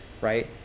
right